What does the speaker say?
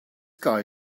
guy